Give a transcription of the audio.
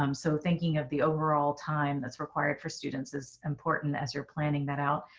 um so thinking of the overall time that's required for students is important as you're planning that out.